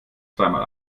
zweimal